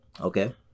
Okay